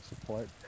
support